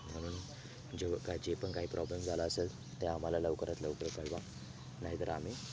म्हणून जेव्हा जे पण काही प्रॉब्लेम झाला असेल ते आम्हाला लवकरात लवकर कळवा नाहीतर आम्ही